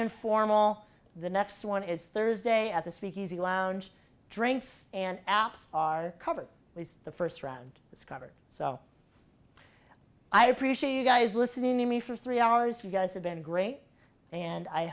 informal the next one is thursday at the speakeasy lounge drinks and apps are covered with the first round it's covered so i appreciate you guys listening to me for three hours you guys have been great and i